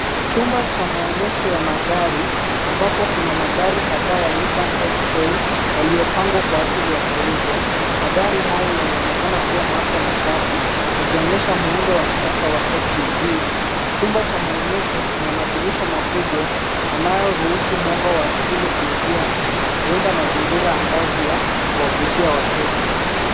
Chumba cha maonyesho ya magari, ambapo kuna magari kadhaa ya Nissan X-Trail yaliyopangwa kwa ajili ya kuuzwa. Magari hayo yanaonekana kuwa mapya na safi, yakionyesha muundo wa kisasa wa SUV. Chumba cha maonyesho kina madirisha makubwa, yanayoruhusu mwanga wa asili kuingia na kuunda mazingira angavu ya kuwavutia wateja.